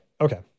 Okay